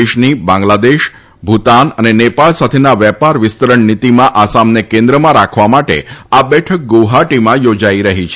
દેશની બાંગ્લાદેશ ભુતાન અને નેપાળ સાથેના વેપાર વિસ્તરણ નીતીમાં આસામને કેન્દ્રમાં રાખવા માટે આ બેઠક ગુવાહાટીમાં યોજાઇ રહી છે